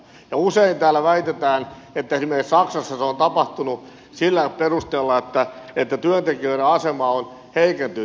usein täällä väitetään että esimerkiksi saksassa se on tapahtunut sillä perusteella että työntekijöiden asema on heikentynyt